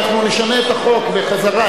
אנחנו נשנה את החוק בחזרה.